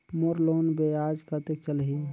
मोर loan ब्याज कतेक चलही?